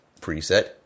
preset